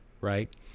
right